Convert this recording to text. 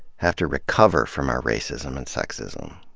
have to recover from our racism and sexism,